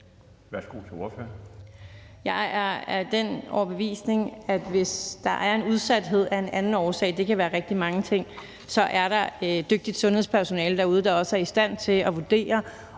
Durhuus (S): Jeg er af den overbevisning, at hvis der er en udsathed af en anden årsag, og det kan være rigtig mange ting, så er der dygtigt sundhedspersonale derude, der også er i stand til at vurdere,